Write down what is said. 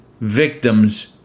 victims